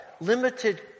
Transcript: limited